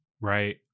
right